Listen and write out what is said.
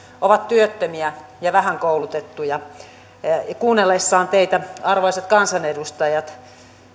ovat työttömiä ja vähän koulutettuja miettivät kuunnellessaan teitä arvoisat kansanedustajat